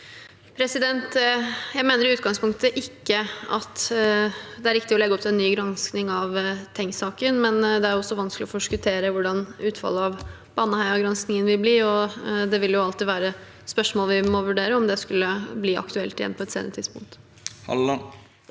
Mehl I utgangspunktet mener jeg det ikke er riktig å legge opp til en ny gransking av Tengs-saken, men det er også vanskelig å forskuttere hvordan utfallet av Baneheia-granskingen vil bli. Det vil jo alltid være spørsmål vi må vurdere, om det skulle bli aktuelt igjen på et senere tidspunkt. Terje